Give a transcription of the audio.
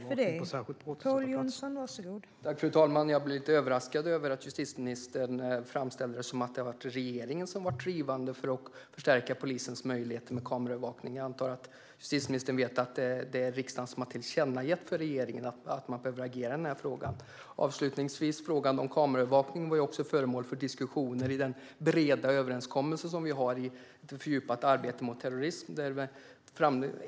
Fru talman! Jag blir lite överraskad över att justitieministern framställer det som att det har varit regeringen som har varit drivande för att förstärka polisens möjligheter till kameraövervakning. Jag antar att justitieministern vet att det är riksdagen som har tillkännagett för regeringen att man behöver agera i frågan. Avslutningsvis: Frågan om kameraövervakning var också föremål för diskussioner i den breda överenskommelse som vi har i ett fördjupat arbete mot terrorism.